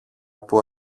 που